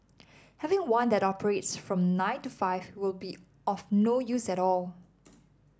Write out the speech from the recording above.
having one that operates from nine to five will be of no use at all